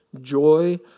joy